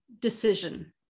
decision